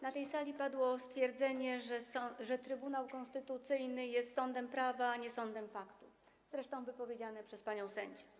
Na tej sali padło stwierdzenie, że Trybunał Konstytucyjny jest sądem prawa, a nie sądem faktu, zresztą wypowiedziane przez panią sędzię.